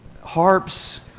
harps